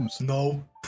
no